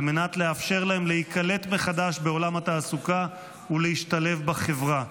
על מנת לאפשר להם להיקלט מחדש בעולם התעסוקה ולהשתלב בחברה.